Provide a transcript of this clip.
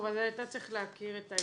טוב, אז אתה צריך להכיר את העניין.